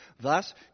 Thus